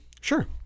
Sure